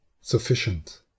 sufficient